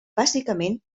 bàsicament